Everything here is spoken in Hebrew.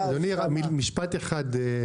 אדוני, משפט אחד.